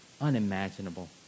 unimaginable